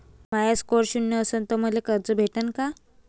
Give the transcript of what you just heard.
माया score शून्य असन तर मले कर्ज भेटन का?